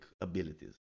abilities